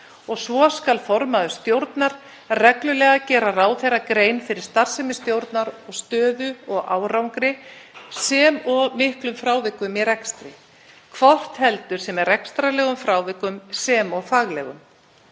Svo skal formaður stjórnar reglulega gera ráðherra grein fyrir starfsemi stjórnar, stöðu og árangri sem og miklum frávikum í rekstri, hvort heldur sem er rekstrarlegum eða faglegum.